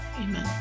Amen